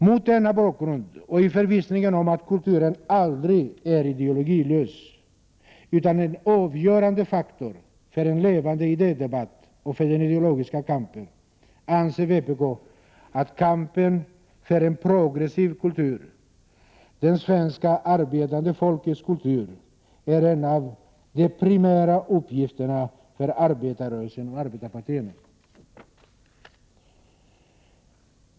Mot denna bakgrund och i förvissningen om att kulturen aldrig är ideologilös utan en avgörande faktor för en levande idédebatt och för den ideologiska kampen, anser vpk att kampen för en progressiv kultur, det svenska arbetande folkets kultur, är en av de primära uppgifterna för arbetarrörelsen och arbetarpartierna.